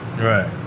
Right